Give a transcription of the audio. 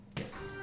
Yes